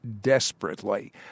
desperately